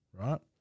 right